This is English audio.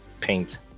paint